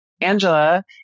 Angela